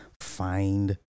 find